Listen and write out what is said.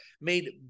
made